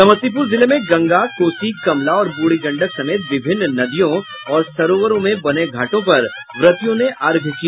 समस्तीपूर जिले में गंगा कोसी कमला और ब्रूढ़ी गंडक समेत विभिन्न नदियों और सरोवरों में बने घाटों पर व्रतियों ने अर्घ्य दिया